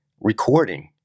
recording